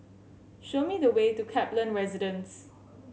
show me the way to Kaplan Residence